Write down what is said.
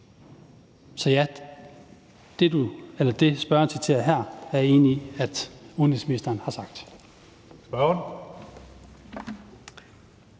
Så ja, det, spørgeren citerer her, er jeg enig i at udenrigsministeren har sagt. Kl.